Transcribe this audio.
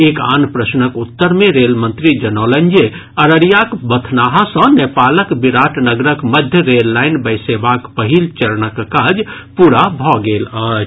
एक आन प्रश्नक उत्तर मे रेल मंत्री जनौलनि जे अररियाक बथनाहा सँ नेपालक विराट नगरक मध्य रेललाईन बैसेबाक पहिल चरणक काज पूरा भऽ गेल अछि